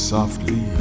Softly